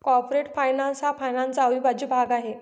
corporate finance हा फायनान्सचा अविभाज्य भाग आहे